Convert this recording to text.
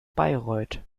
bayreuth